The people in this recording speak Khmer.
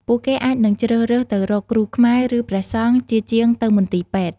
ពួកគេអាចនឹងជ្រើសរើសទៅរក គ្រូខ្មែរ ឬព្រះសង្ឃ ជាជាងទៅមន្ទីរពេទ្យ។